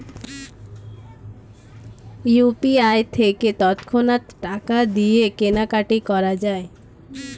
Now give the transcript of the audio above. UPI থেকে তৎক্ষণাৎ টাকা দিয়ে কেনাকাটি করা যায়